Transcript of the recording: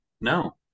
No